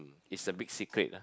it's a big secret ah